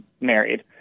married